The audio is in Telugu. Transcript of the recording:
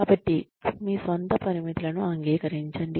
కాబట్టి మీ స్వంత పరిమితులను అంగీకరించండి